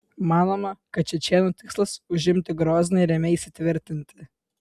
manoma kad čečėnų tikslas užimti grozną ir jame įsitvirtinti